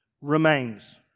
remains